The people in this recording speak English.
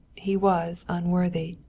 he was unworthy.